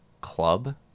club